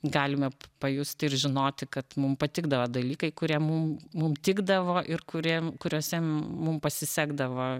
galime pajusti ir žinoti kad mum patikdavo dalykai kurie mum mum tikdavo ir kuriem kuriuose mum pasisekdavo